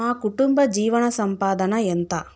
మా కుటుంబ జీవన సంపాదన ఎంత?